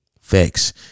Facts